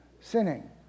sinning